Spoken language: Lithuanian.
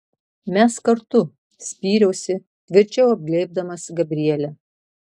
mes kartu spyriausi tvirčiau apglėbdamas gabrielę